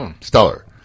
stellar